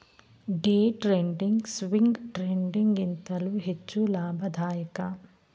day trading, swing trading ಗಿಂತಲೂ ಹೆಚ್ಚು ಲಾಭದಾಯಕ